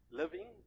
living